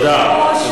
תודה.